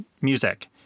music